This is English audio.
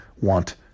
want